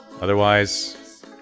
otherwise